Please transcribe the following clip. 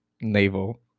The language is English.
navel